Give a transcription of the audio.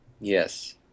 Yes